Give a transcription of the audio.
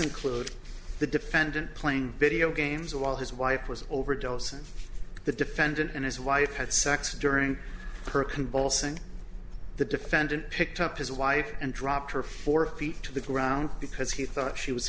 include the defendant playing video games while his wife was overdose and the defendant and his wife had sex during her convulsing the defendant picked up his wife and dropped her four feet to the ground because he thought she was